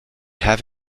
have